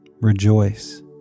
rejoice